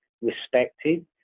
respected